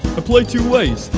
play two ways.